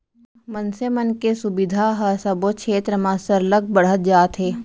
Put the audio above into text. मनसे मन के सुबिधा ह सबो छेत्र म सरलग बढ़त जात हे